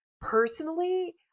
personally